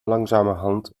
langzamerhand